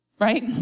Right